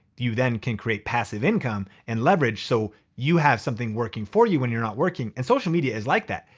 you then can create passive income and leverage so you have something working for you when you're not working and social media is like that.